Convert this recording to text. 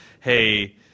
hey